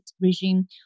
regime